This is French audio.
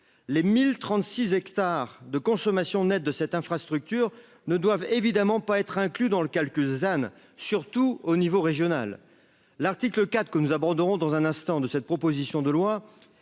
Les 1036 hectares de consommation nette de cette infrastructure ne doivent évidemment pas être inclus dans le calcul than surtout au niveau régional. L'article 4 que nous abordons dans un instant de cette proposition de loi